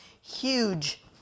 huge